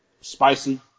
Spicy